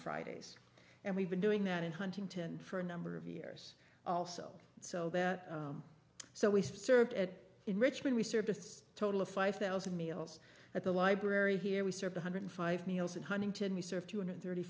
fridays and we've been doing that in huntington for a number of years also so that so we served at it in richmond we serviced a total of five thousand meals at the library here we serve one hundred five meals in huntington we serve two hundred thirty